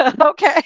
Okay